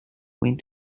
went